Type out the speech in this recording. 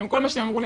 כל מה שהם אמרו לי,